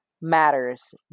matters